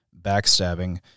backstabbing